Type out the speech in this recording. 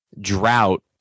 drought